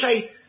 say